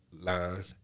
line